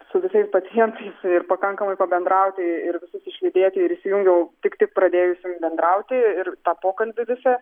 su visais pacientais ir pakankamai pabendrauti ir visus išlydėti ir įsijungiau tik tik pradėjusim bendrauti ir pokalbį visą